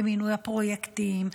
במינוי הפרויקטורים,